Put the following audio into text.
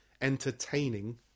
entertaining